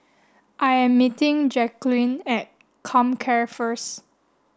I am meeting Jacquelin at Comcare first